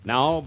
Now